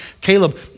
Caleb